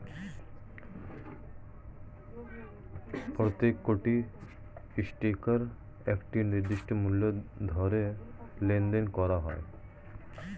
প্রত্যেকটি স্টকের একটি নির্দিষ্ট মূল্য ধরে লেনদেন করা হয়